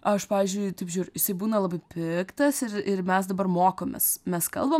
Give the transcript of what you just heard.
aš pavyzdžiui taip žiūriu jisai būna labai piktas ir ir mes dabar mokomės mes kalbam